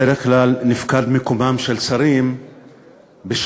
בדרך כלל נפקד מקומם של שרים בשעות